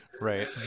Right